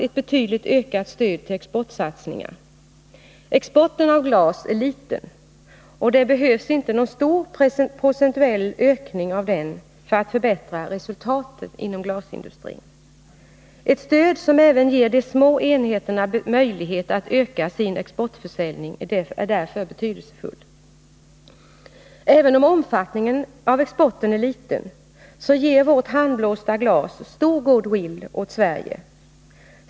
ett betydligt ökat stöd till exportsatsningar. Exporten av glas är liten, och det behövs inte någon stor procentuell ökning av den för att förbättra resultaten inom glasindustrin. Ett stöd som även ger de små enheterna möjlighet att öka sin exportförsäljning är därför betydelsefullt. Även om omfattningen av exporten är liten, ger vårt handblåsta glas stor goodwill åt Sverige.